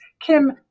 Kim